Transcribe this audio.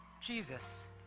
Jesus